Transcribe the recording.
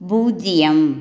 பூஜ்ஜியம்